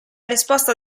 risposta